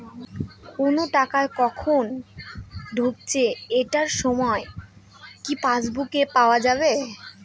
কোনো টাকা কখন ঢুকেছে এটার সময় কি পাসবুকে পাওয়া যাবে?